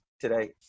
today